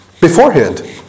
beforehand